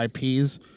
IPs